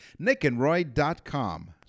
nickandroy.com